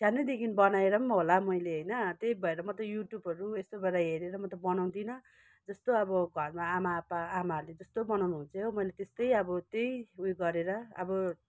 सानैदेखि बनाएर होला मैले होइन त्यही भएर म त युट्युबहरू यस्तो गरेर हेरेर म त बनाउँदिनँ जस्तो अब घरमा आमा आपा आमाहरूले जस्तो बनाउनु हुन्थ्यो मैले त्यस्तै अब त्यही उयो गरेर अब